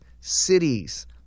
cities